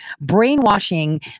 brainwashing